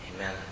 Amen